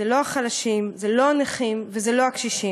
זה לא החלשים, זה לא הנכים וזה לא הקשישים.